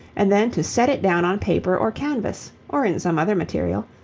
and then to set it down on paper or canvas, or in some other material,